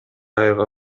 айга